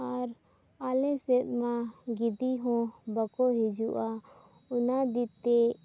ᱟᱨ ᱟᱞᱮ ᱥᱮᱫ ᱢᱟ ᱜᱤᱫᱤ ᱦᱚᱸ ᱵᱟᱠᱚ ᱦᱤᱡᱩᱜᱼᱟ ᱚᱱᱟ ᱠᱷᱟᱹᱛᱤᱨ ᱛᱮ